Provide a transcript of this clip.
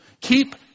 keep